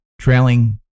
Trailing